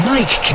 Mike